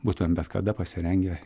būtumėm bet kada pasirengę